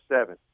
seven